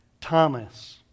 Thomas